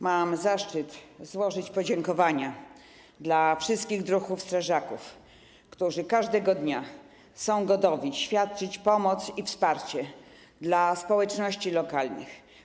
Mam zaszczyt złożyć podziękowania dla wszystkich druhów strażaków, którzy każdego dnia są gotowi świadczyć pomoc i wsparcie dla społeczności lokalnych.